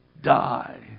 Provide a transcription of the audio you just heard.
die